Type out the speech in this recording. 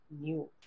new